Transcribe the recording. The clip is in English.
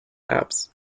apps